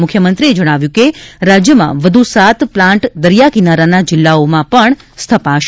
મુખ્યમંત્રીએ જણાવ્યું કે રાજયમાં વધુ સાત પ્લાન્ટ દરિયા કિનારાના જિલ્લાઓમાં સ્થપાશે